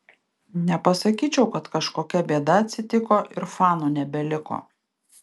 nepasakyčiau kad kažkokia bėda atsitiko ir fanų nebeliko